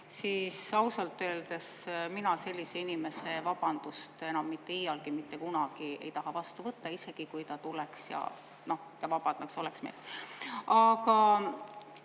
siis ausalt öeldes mina sellise inimese vabandust enam mitte iialgi mitte kunagi ei taha vastu võtta, isegi kui ta tuleks ja vabandaks. Aga